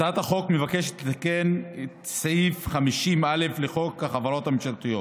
הצעת החוק מבקשת לתקן את סעיף 50א לחוק החברות הממשלתיות,